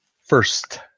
First